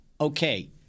Okay